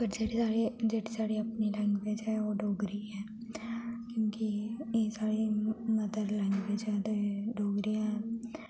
पर जेह्ड़ी साढ़ी जेह्ड़ी साढ़ी अपनी लैंग्वेज़ ऐ ओह् डोगरी ऐ क्योंकि एह् साढ़ी मदर लैंग्वेज़ ऐ ते डोगरी ऐ